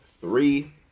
Three